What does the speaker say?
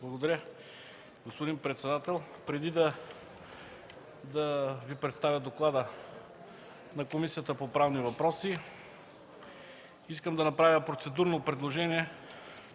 Благодаря, господин председател. Преди да Ви представя Доклада на Комисията по правни въпроси искам да направя процедурно предложение